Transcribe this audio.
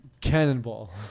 Cannonball